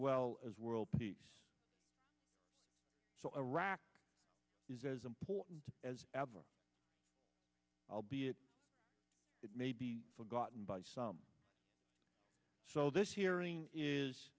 well as world peace so iraq is as important as ever i'll be it it may be forgotten by some so this hearing is